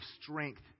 strength